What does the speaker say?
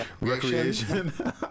Recreation